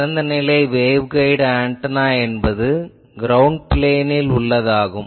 திறந்த நிலை waveguide antenna என்பது க்ரௌண்ட் பிளேனில் உள்ளதாகும்